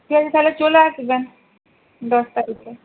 ঠিক আছে তাহলে চলে আসবেন দশ তারিখে